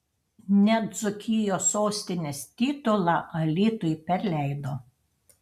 net dzūkijos sostinės titulą alytui perleido